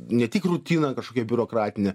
ne tik rutiną kažkokią biurokratinę